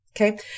Okay